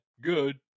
good